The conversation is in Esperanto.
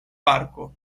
parko